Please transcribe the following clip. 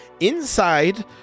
Inside